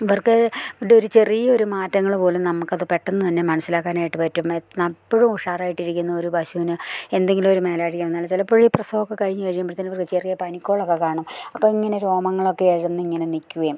ഇവർക്ക് ഇതൊരു ചെറിയൊരു മാറ്റങ്ങൾ പോലും നമുക്കത് പെട്ടെന്നു തന്നെ മനസ്സിലാക്കാനായിട്ട് പറ്റുന്നു എപ്പോഴും ഉഷാറായിട്ടിരിക്കുന്നൊരു പശുവിന് എന്തെങ്കിലൊരു മേലധികാരികൾ വന്നാൽ ചിലപ്പോഴീ പ്രസവമൊക്കെ കഴിഞ്ഞ് കഴിയുമ്പോഴത്തേനവർക്ക് ചെറിയ പനിക്കോളൊക്കെ കാണും അപ്പം ഇങ്ങനെ രോമങ്ങളൊക്കെ എഴുന്നിങ്ങനെ നിൽക്കുകയും